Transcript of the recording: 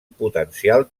potencial